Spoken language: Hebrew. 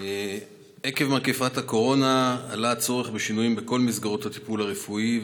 עקב מגפת הקורונה עלה הצורך בשינויים בכל מסגרות הטיפול הרפואי,